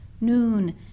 Noon